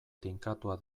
tinkatua